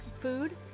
food